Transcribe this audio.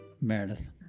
Meredith